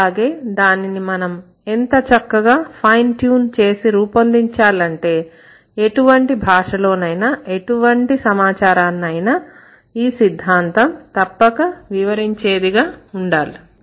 అలాగే దానిని మనం ఎంత చక్కగా ఫైన్ ట్యూన్ చేసి రూపొందించాలంటే ఎటువంటి భాషలోనైనా ఎటువంటి సమాచారాన్ని అయినా ఈ సిద్ధాంతం తప్పక వివరించే విధంగా ఉండాలి